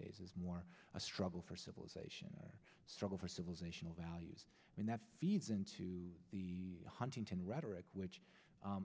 days is more a struggle for civilization or struggle for civilization values and that feeds into the huntington rhetoric which